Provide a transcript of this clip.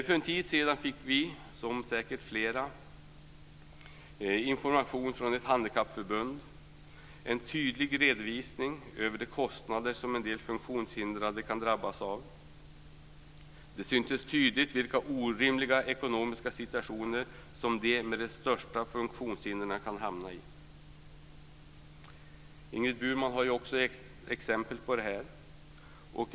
För en tid sedan fick vi, vilket säkert flera fick, information från ett handikappförbund med en tydlig redovisning över de kostnader som en del funktionshindrade kan drabbas av. Det syntes tydligt vilken orimlig ekonomisk situation som de med de största funktionshindren kan hamna i. Ingrid Burman gav också exempel på det.